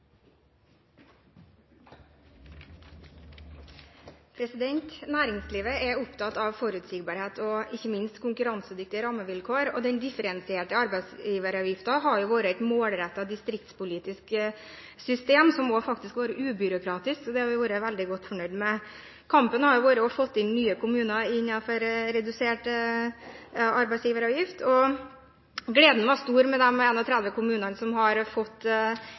ikke minst konkurransedyktige rammevilkår. Den differensierte arbeidsgiveravgiften har jo vært et målrettet distriktspolitisk system som også har vært ubyråkratisk. Det har vi vært veldig godt fornøyd med. Kampen har vært å få nye kommuner innenfor ordningen med redusert arbeidsgiveravgift. Gleden var stor da de 31 kommunene fikk innvilget det. Jeg tenkte jeg skulle ta ett eksempel: Vanylven kommune i Møre og Romsdal, som